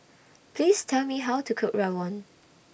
Please Tell Me How to Cook Rawon